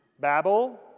Babel